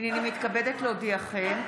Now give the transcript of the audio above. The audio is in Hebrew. הינני מתכבדת להודיעכם,